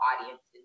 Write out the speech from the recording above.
audiences